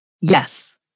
Yes